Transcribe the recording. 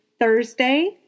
Thursday